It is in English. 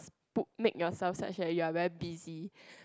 book made yourself such as you are very busy